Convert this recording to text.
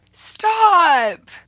stop